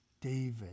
David